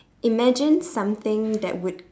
imagine something that would